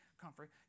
comfort